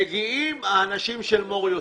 מגיעים האנשים של מור יוסף,